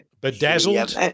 Bedazzled